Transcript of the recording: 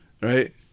right